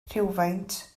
rhywfaint